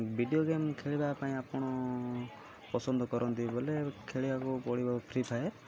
video game ଖେଳିବା ପାଇଁ ଆପଣ ପସନ୍ଦ କରନ୍ତି ବୋଲେ ଖେଳିବାକୁ ପଡ଼ିବ ଫ୍ରି ଫାୟାର